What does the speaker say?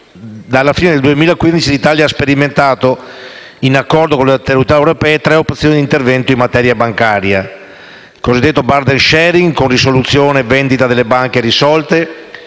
dalla fine del 2015 l'Italia ha sperimentato, in accordo con le autorità europee, tre opzioni di intervento in materia bancaria: il cosiddetto *burden sharing*, con risoluzione, vendita delle banche risolte